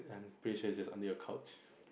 I'm pretty sure it's just under your couch